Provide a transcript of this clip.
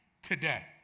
today